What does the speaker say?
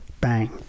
bang